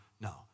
No